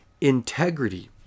integrity